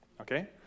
okay